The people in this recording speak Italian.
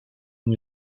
non